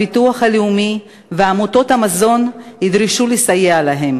המוסד לביטוח לאומי ועמותות המזון יידרשו לסייע להן.